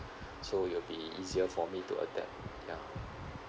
so it will be easier for me to adapt ya